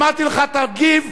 אמרתי לך: תגיב.